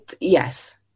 Yes